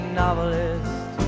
novelist